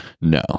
No